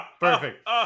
perfect